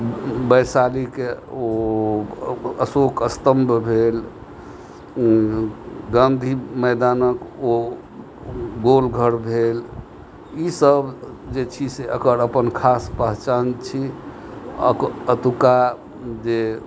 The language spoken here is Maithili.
वैशालिक ओ अशोक स्तम्भ भेल गाँधी मैदानक ओ गोलघर भेल ई सब जे छी से एकर अपन खास पहचान छी अतुका जे